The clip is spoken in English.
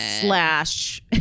Slash